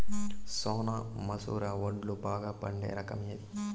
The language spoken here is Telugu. సోనా మసూర వడ్లు బాగా పండే రకం ఏది